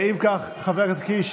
אם כך, חבר הכנסת קיש,